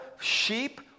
sheep